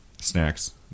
Snacks